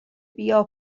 بیا